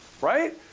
right